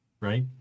Right